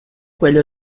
quelli